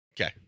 Okay